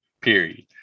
period